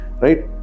Right